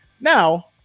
Now